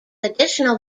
additional